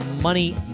Money